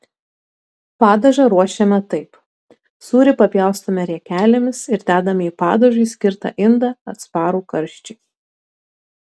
padažą ruošiame taip sūrį papjaustome riekelėmis ir dedame į padažui skirtą indą atsparų karščiui